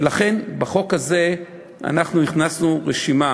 לכן בחוק הזה אנחנו הכנסנו רשימה